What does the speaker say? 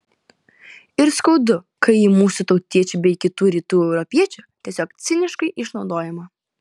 ir skaudu kai ji mūsų tautiečių bei kitų rytų europiečių tiesiog ciniškai išnaudojama